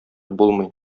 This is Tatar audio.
булмый